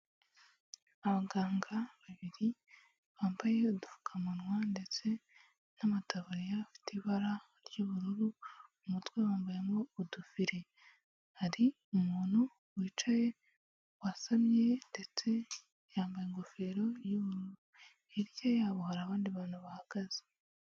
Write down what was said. Abaganga babiri bambaye udupfukamunwa ndetse n'amataburiya afite ibara ry'ubururu mu mutwe bambayemo udufire, hari umuntu wicaye wasamye ndetse yambaye ingofero y'uburu, hirya yabo hari abandi bantu bahagaze.